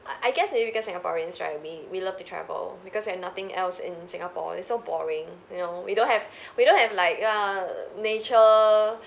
I guess maybe because singaporeans right we we love to travel because we have nothing else in singapore it's so boring you know we don't have we don't have like uh nature